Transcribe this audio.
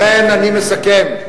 אני מסכם.